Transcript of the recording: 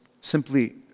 Simply